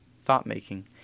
thought-making